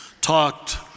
talked